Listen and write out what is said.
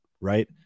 right